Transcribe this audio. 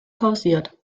pausiert